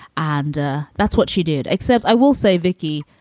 and that's what she did. except i will say, vicky,